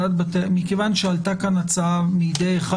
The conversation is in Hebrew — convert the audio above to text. --- מכיוון שעלתה כאן הצעה על די אחד